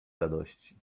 radości